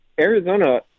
Arizona